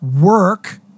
work